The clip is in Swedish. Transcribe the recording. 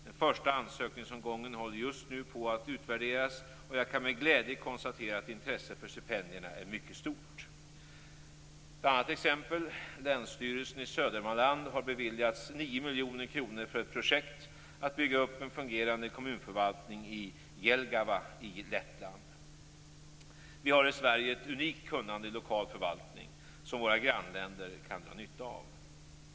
Den första ansökningsomgången håller just nu på att utvärderas. Jag kan med glädje konstatera att intresset för stipendierna är mycket stort. Ett annat exempel är att Länsstyrelsen i Södermanland har beviljats 9 miljoner kronor för ett projekt att bygga upp en fungerande kommunförvaltning i Jelgava i Lettland. Vi har i Sverige ett unikt kunnande i lokal förvaltning som våra grannländer kan dra nytta av.